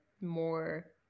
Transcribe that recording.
more